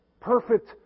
perfect